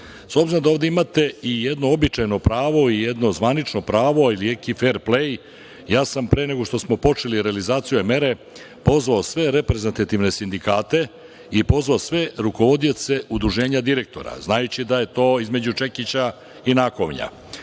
obzirom da ovde imate i jedno običajno pravo i jedno zvanično pravo i neki fer plej, ja sam pre nego što smo počeli realizaciju ove mere pozvao sve reprezentativne sindikate i pozvao sve rukovodioce udruženja direktora, znajući da je to između čekića i nakovnja.